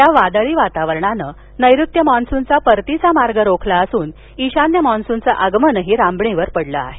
या वादळी वातावरणाने नैऋत्य मान्सूनचा परतीचा मार्ग रोखला असून ईशान्य मान्सूनचं आगमनही लांबणीवर पडलं आहे